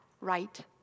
right